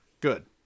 Good